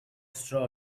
straw